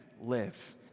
live